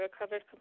recovered